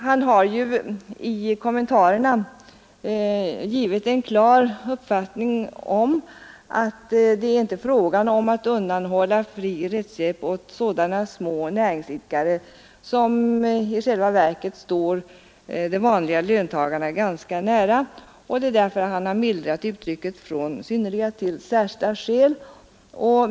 Han har i kommentarerna uttryckt en klar uppfattning att det inte är fråga om att undanhålla sådana små näringsidkare fri rättshjälp som i själva verket står de vanliga löntagarna ganska nära. Det är därför han har mildrat uttrycket från ”synnerliga” till ”särskilda” skäl.